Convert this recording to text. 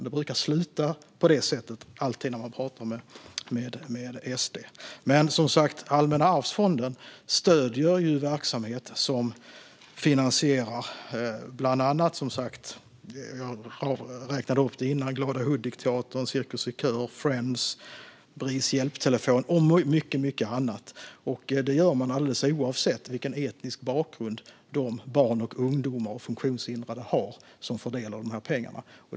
Det brukar alltid sluta på det sättet när man pratar med SD. Allmänna arvsfonden stöder som sagt verksamhet som finansierar det jag räknade upp tidigare: Glada Hudik-teatern, Cirkus Cirkör, Friends, Bris hjälptelefon och mycket annat. Det gör man alldeles oavsett vilken etnisk bakgrund de barn och ungdomar och funktionshindrade har som får del av pengarna.